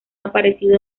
aparecido